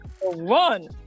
one